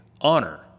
honor